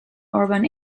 urban